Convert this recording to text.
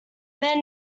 man